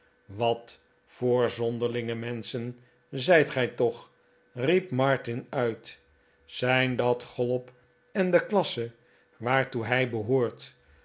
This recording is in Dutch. wat voor zonderlinge menschen zijt gij toch riep martin uit zijn dan chollop en de klasse waartoe hij behoort